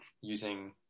using